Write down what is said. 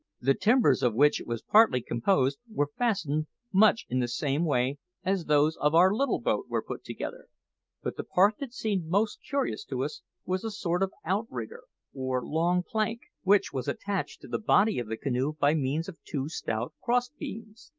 the timbers of which it was partly composed were fastened much in the same way as those of our little boat were put together but the part that seemed most curious to us was a sort of outrigger, or long plank, which was attached to the body of the canoe by means of two stout cross-beams.